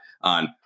on